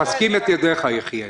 מחזקים את ידיך, יחיאל.